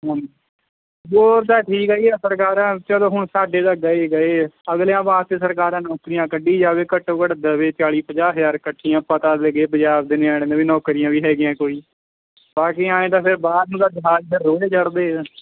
ਹਾਂਜੀ ਬੋਰ ਦਾ ਠੀਕ ਹੈ ਜੀ ਆਹ ਸਰਕਾਰਾਂ ਚਲੋ ਹੁਣ ਸਾਡੇ ਤਾਂ ਗਏ ਗਏ ਅਗਲਿਆਂ ਵਾਸਤੇ ਸਰਕਾਰਾਂ ਨੌਕਰੀਆਂ ਕੱਢੀ ਜਾਵੇ ਘੱਟੋ ਘੱਟ ਦਵੇ ਚਾਲੀ ਪੰਜਾਹ ਹਜ਼ਾਰ ਇਕੱਠੀਆਂ ਪਤਾ ਲੱਗੇ ਪੰਜਾਬ ਦੇ ਨਿਆਣਿਆਂ ਨੂੰ ਵੀ ਨੌਕਰੀਆਂ ਵੀ ਹੈਗੀਆਂ ਕੋਈ ਬਾਕੀ ਐਂ ਤਾਂ ਫਿਰ ਬਾਹਰ ਨੂੰ ਤਾਂ ਜਹਾਜ ਦੇ ਰੋਜ਼ ਏ ਚੜਦੇ ਹੈ